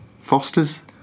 Foster's